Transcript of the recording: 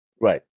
Right